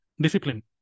discipline